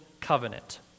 covenant